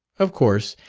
of course,